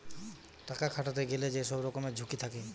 টাকা খাটাতে গেলে যে সব রকমের ঝুঁকি থাকে